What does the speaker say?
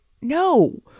No